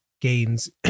gains